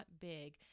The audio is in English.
big